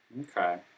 Okay